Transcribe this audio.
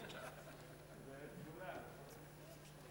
אדוני השר,